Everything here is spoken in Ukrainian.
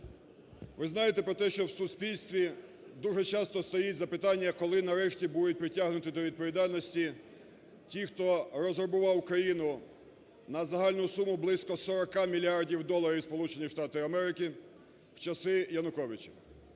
Ви знаєте про те, що в суспільстві дуже часто стоїть запитання, коли нарешті будуть притягнуті до відповідальності ті, хто розграбував Україну на загальну суму близько 40 мільярдів доларів Сполучених